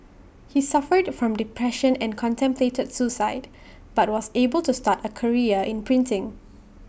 he suffered from depression and contemplated suicide but was able to start A career in printing